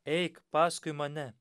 eik paskui mane